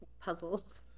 puzzles